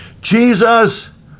Jesus